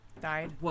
died